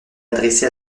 adressé